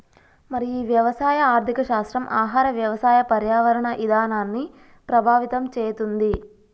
మరి ఈ వ్యవసాయ ఆర్థిక శాస్త్రం ఆహార వ్యవసాయ పర్యావరణ ఇధానాన్ని ప్రభావితం చేతుంది